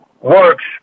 works